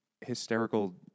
hysterical